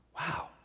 Wow